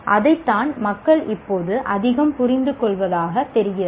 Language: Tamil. அதைத்தான் மக்கள் இப்போது அதிகம் புரிந்துகொள்வதாகத் தெரிகிறது